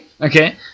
Okay